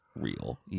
real